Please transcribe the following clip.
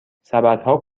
سبدها